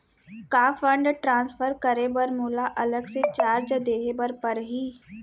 का fund transfer करे बर मोला अलग से चार्ज देहे बर परही?